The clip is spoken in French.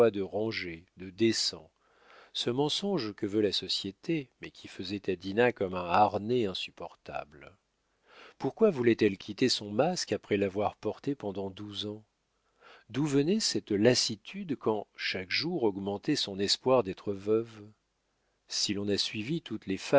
de rangé de décent ce mensonge que veut la société mais qui faisait à dinah comme un harnais insupportable pourquoi voulait-elle quitter son masque après l'avoir porté pendant douze ans d'où venait cette lassitude quand chaque jour augmentait son espoir d'être veuve si l'on a suivi toutes les